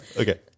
Okay